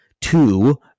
Two